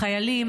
החיילים,